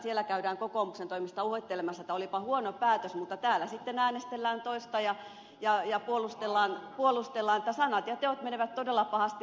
siellä käydään kokoomuksen toimesta luettelemassa että olipa huono päätös mutta täällä sitten äänestellään toista ja puolustellaan niin että sanat ja teot menevät todella pahasti ristiin